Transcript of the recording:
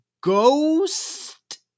ghost